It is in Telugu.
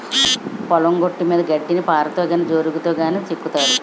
పొలం గట్టుమీద గడ్డిని పారతో గాని బోరిగాతో గాని సెక్కుతారు